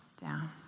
down